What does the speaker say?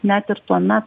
net ir tuomet